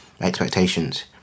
expectations